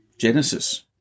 Genesis